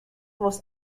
was